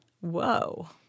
Whoa